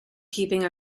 keeping